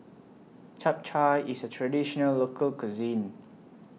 Chap Chai IS A Traditional Local Cuisine